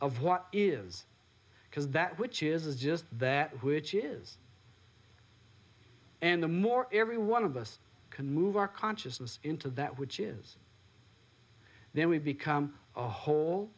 of what is because that which is is just that which is and the more every one of us can move our consciousness into that which is then we become a whole